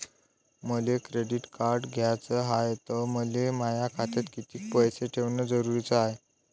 मले credit card घ्याचं हाय, त मले माया खात्यात कितीक पैसे ठेवणं जरुरीच हाय?